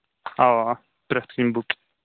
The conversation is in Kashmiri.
اَوا پرٛتھ کُنہِ بُک